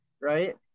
right